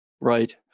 Right